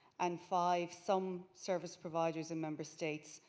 and five, some service providers in member states.